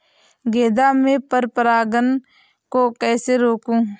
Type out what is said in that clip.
गेंदा में पर परागन को कैसे रोकुं?